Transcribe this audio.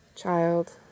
Child